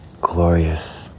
glorious